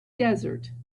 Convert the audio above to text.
desert